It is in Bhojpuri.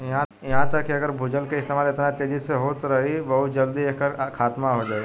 इहा तक कि अगर भूजल के इस्तेमाल एतना तेजी से होत रही बहुत जल्दी एकर खात्मा हो जाई